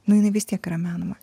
nu jinai vis tiek yra menama